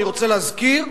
אני רוצה להזכיר,